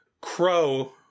Crow